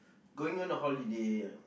going on a holiday